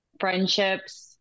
friendships